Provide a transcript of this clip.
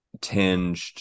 tinged